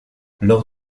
lors